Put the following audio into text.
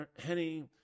Henny